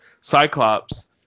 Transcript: Cyclops